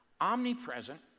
omnipresent